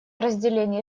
разделение